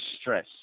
stress